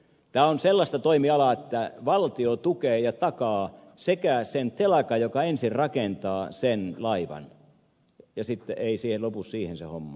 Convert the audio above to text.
tämä on sellaista toimialaa että valtio tukee ja takaa sekä sen telakan joka ensin rakentaa laivan eikä sitten lopu siihen se homma